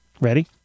Ready